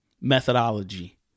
methodology